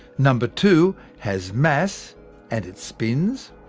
number two has mass and it spins.